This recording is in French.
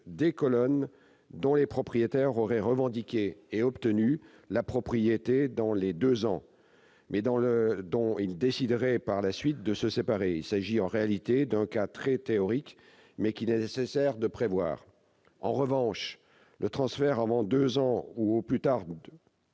des colonnes dont les propriétaires auraient revendiqué et obtenu la propriété dans les deux ans, mais dont ils décideraient par la suite de se séparer. Il s'agit d'un cas très théorique, mais qu'il est nécessaire de prévoir. En revanche, le transfert avant deux ans ou au plus tard